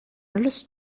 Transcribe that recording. allas